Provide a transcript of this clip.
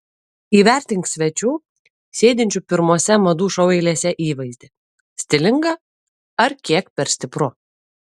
įvertink svečių sėdinčių pirmose madų šou eilėse įvaizdį stilinga ar kiek per stipru